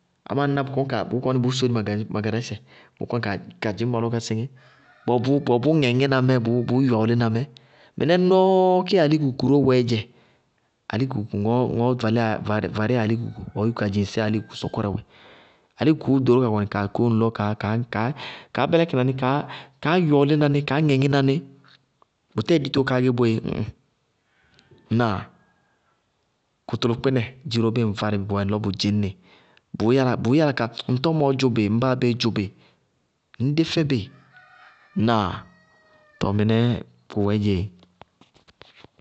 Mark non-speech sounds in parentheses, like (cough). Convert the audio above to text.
Amá ŋñná bʋ kɔñkaa bʋʋ kɔñí bʋʋ sóri ma gad- ma gadàsɛ, bʋ kɔñ kaá kaá dzɩñ ma lɔ kaá síŋí, (noise) bʋwɛ bʋʋ, bʋwɛ bʋʋ ŋɛŋína mɛ bʋʋ bʋʋ yɔɔlína mɛ, mɩnɛ nɔɔɔ ké alikuku ró wɛɛ dzɛ, alikuku, ŋɔɔ- ŋɔɔ varíy- varíyá alikuku, ɔɔ yúku ka dzɩŋ séé alikuku sɔkɔrɛ wɛ, alikukuú ɖoró kaá kɔnɩ kaa kóñ ŋlɔ kaá kaá kaá bɛlɛkɩna ní kaá kaá yɔɔlína ní, kaá ŋɛŋína ní, bʋtɛɛ ditoó kaá gɛ boé, ñ ŋ. Ŋnáa? Kʋtʋlʋkpɩnɛ, dziró bíɩ ŋ várɩ bí bɔɔyɛ lɔ bʋ dzɩñnɩ, bʋʋ yála ka ŋ tɔmɔɔ dzʋ bɩ, ŋ báa béé dzʋ bɩ, ŋñ dé fɛ bɩ. (noise) Ŋnáa? Tɔɔ mɩnɛɛ bʋwɛɛ dzɛ.